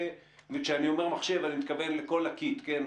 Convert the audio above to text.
וכשאני אומר מחשב, אני מתכוון לכל ה-kit, כן?